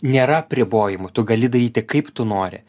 nėra apribojimų tu gali daryti kaip tu nori